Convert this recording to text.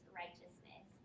righteousness